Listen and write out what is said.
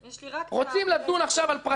רוצים לדון עכשיו על פרטים,